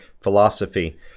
philosophy